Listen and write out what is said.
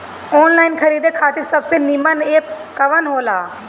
Online खरीदे खातिर सबसे नीमन एप कवन हो ला?